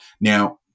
Now